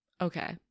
Okay